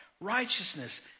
righteousness